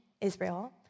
Israel